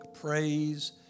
praise